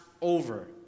over